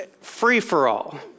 free-for-all